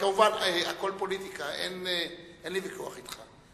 כמובן, הכול פוליטיקה, אין לי ויכוח אתך.